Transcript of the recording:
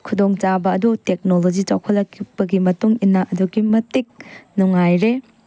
ꯈꯨꯗꯣꯡ ꯆꯥꯕ ꯑꯗꯨ ꯇꯦꯛꯅꯣꯂꯣꯖꯤ ꯆꯥꯎꯈꯠꯂꯛꯄꯒꯤ ꯃꯇꯨꯡ ꯏꯟꯅ ꯑꯗꯨꯛꯀꯤ ꯃꯇꯤꯛ ꯅꯨꯡꯉꯥꯏꯔꯦ